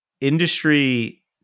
industry